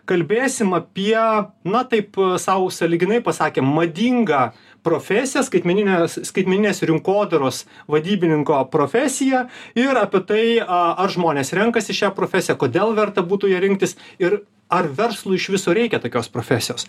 kalbėsim apie na taip sau sąlyginai pasakėm madingą profesiją skaitmeninės skaitmeninės rinkodaros vadybininko profesiją ir apie tai a ar žmonės renkasi šią profesiją kodėl verta būtų ją rinktis ir ar verslui iš viso reikia tokios profesijos